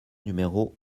numéro